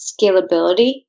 scalability